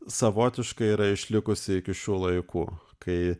savotiškai yra išlikusi iki šių laikų kai